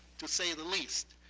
to say the least.